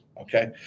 Okay